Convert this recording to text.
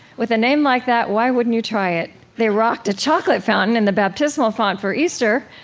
with a name like that, why wouldn't you try it, they rocked a chocolate fountain in the baptismal font for easter,